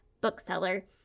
bookseller